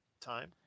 Time